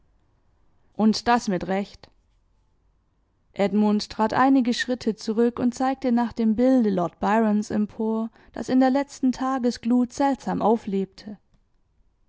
und das mit recht edmund trat einige schritte zurück und zeigte nach dem bilde lord byrons empor das in der letzten tagesglut seltsam auflebte